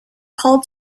called